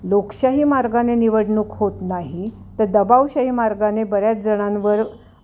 लोकशाही मार्गाने निवडणूक होत नाही तर दबावशाही मार्गाने बऱ्याच जणांवर